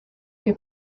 che